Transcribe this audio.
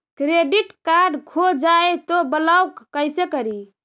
Credit card खो जाए तो ब्लॉक कैसे करी?